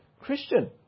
Christian